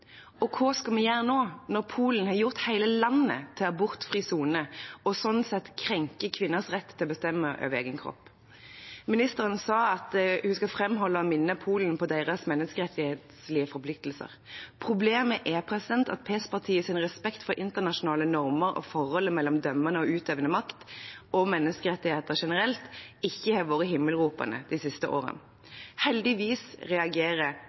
Og hva skal vi gjøre nå, når Polen har gjort hele landet til abortfri sone, og slik sett krenker kvinners rett til å bestemme over egen kropp? Ministeren sa at hun skal framholde og minne Polen på deres menneskerettslige forpliktelser. Problemet er at PiS-partiets respekt for internasjonale normer og forholdet mellom dømmende og utøvende makt og menneskerettigheter generelt ikke har vært himmelropende de siste årene. Heldigvis